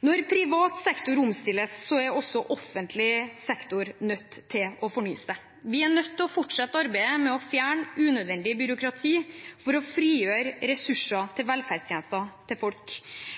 Når privat sektor omstilles, er også offentlig sektor nødt til å fornye seg. Vi er nødt til å fortsette arbeidet med å fjerne unødvendig byråkrati for å frigjøre ressurser til velferdstjenester til folk.